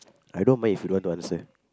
I don't mind if you don't want to answer